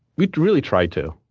we really try to.